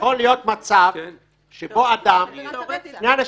יכול להיות מצב ששני אנשים,